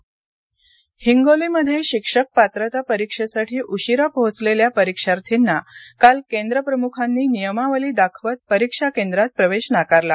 हिंगोली हिंगोलीमध्ये शिक्षक पात्रता परीक्षेसाठी उशिरा पोहोचलेल्या परीक्षार्थींना काल केंद्र प्रमुखांनी नियमावली दाखवत परीक्षा केंद्रात प्रवेश नाकारला